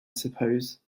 suppose